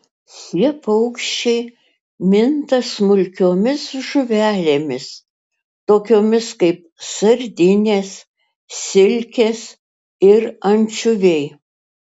šie paukščiai minta smulkiomis žuvelėmis tokiomis kaip sardinės silkės ir ančiuviai